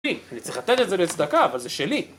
אני צריך לתת את זה לצדקה, אבל זה שלי.